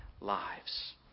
lives